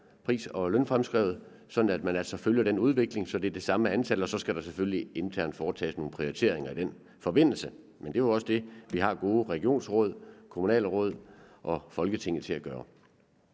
altså fremskrevet, sådan at man følger den udvikling, så det er det samme, og så skal der selvfølgelig foretages nogle prioriteringer i den forbindelse. Men det er jo også det, som vi har gode regionsråd, kommunalbestyrelser og Folketinget til at gøre.